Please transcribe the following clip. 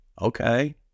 Okay